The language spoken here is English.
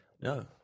No